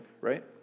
right